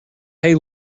hey